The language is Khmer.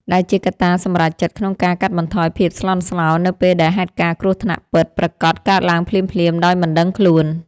ដែលជាកត្តាសម្រេចចិត្តក្នុងការកាត់បន្ថយភាពស្លន់ស្លោនៅពេលដែលហេតុការណ៍គ្រោះថ្នាក់ពិតប្រាកដកើតឡើងភ្លាមៗដោយមិនដឹងខ្លួន។